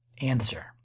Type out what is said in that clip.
Answer